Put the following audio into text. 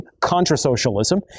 Contra-socialism